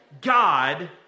God